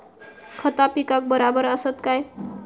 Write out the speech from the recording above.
खता पिकाक बराबर आसत काय?